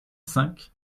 cinq